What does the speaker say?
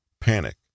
panic